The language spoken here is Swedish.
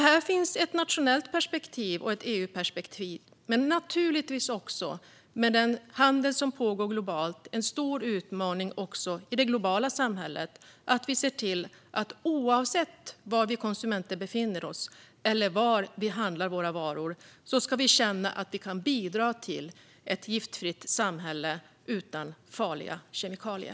Här finns ett nationellt perspektiv och ett EU-perspektiv men naturligtvis också, med den handel som pågår globalt, en stor utmaning i det globala samhället gällande att se till att vi konsumenter oavsett var vi befinner oss eller var vi handlar våra varor ska känna att vi kan bidra till ett giftfritt samhälle utan farliga kemikalier.